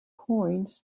coins